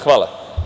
Hvala.